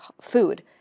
food